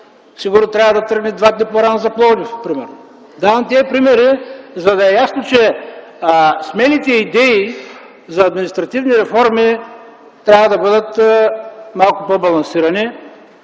сигурно трябва да тръгне два дни по-рано за Пловдив, примерно. Давам тези примери, за да е ясно, че смелите идеи за административни реформи трябва да бъдат малко по-балансирани.